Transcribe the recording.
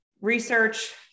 research